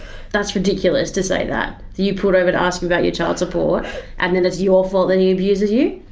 that's ridiculous to say that! you pulled over to ask him about your child support and then it's your fault that he abuses you!